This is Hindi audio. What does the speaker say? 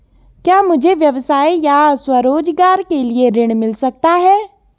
क्या मुझे व्यवसाय या स्वरोज़गार के लिए ऋण मिल सकता है?